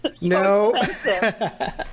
No